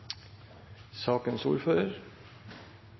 sakens ordfører